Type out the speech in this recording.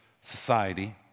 society